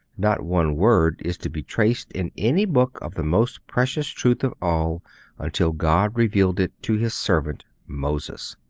not one word is to be traced in any book of the most precious truth of all until god revealed it to his servant moses.